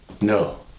No